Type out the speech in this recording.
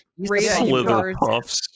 Slitherpuffs